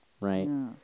Right